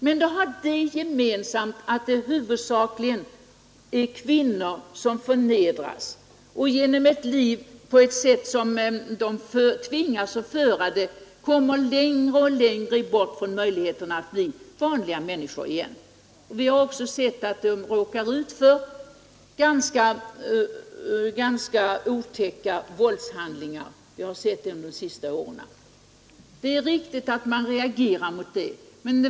Men de har det gemensamt med bordellerna att det huvudsakligen är kvinnor som förnedras och genom det liv som de tvingas föra kommer allt längre bort från möjligheten att bli vanliga människor igen. Vi har också på senare år sett att de kan råka ut för ganska otäcka våldshandlingar. Det är riktigt att man reagerar mot det.